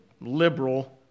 liberal